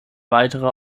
weitere